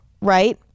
right